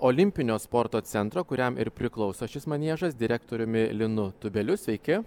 olimpinio sporto centro kuriam ir priklauso šis maniežas direktoriumi linu tubeliu sveiki